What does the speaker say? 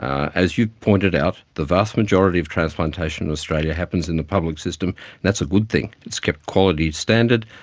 as you pointed out, the vast majority of transplantation in australia happens in the public system, and that's a good thing, it's kept quality standard,